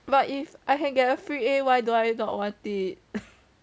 but if I can get a free a why do I not want it